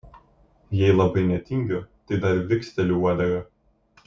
jei labai netingiu tai dar viksteliu uodega